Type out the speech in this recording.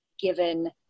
given